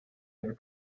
their